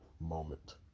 moment